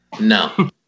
No